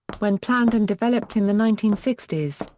when planned and developed in the nineteen sixty s,